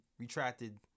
retracted